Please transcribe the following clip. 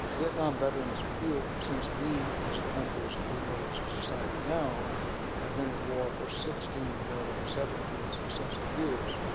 vietnam veterans feel that since we as a country, as a people, as a society now have been at war for sixteen going on seventeen successive years,